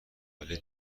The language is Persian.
ولی